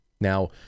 Now